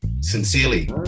sincerely